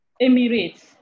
Emirates